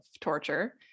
torture